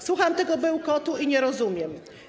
Słucham tego bełkotu i nie rozumiem.